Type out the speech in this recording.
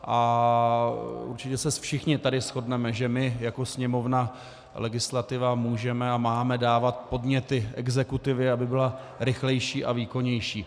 A určitě se tady všichni shodneme, že my jako Sněmovna, legislativa, můžeme a máme dávat podněty exekutivě, aby byla rychlejší a výkonnější.